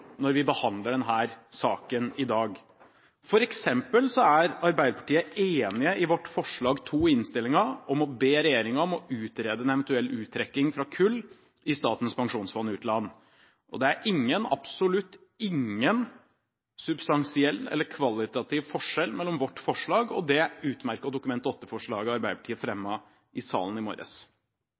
når vi behandler denne saken i dag. For eksempel er Arbeiderpartiet enig i vårt forslag nr. 2 i innstillingen om å be regjeringen utrede en eventuell uttrekking fra kull i Statens pensjonsfond utland, og det er ingen – absolutt ingen – substansiell eller kvalitativ forskjell mellom vårt forslag og det utmerkede Dokument 8-forslaget Arbeiderpartiet fremmet i salen i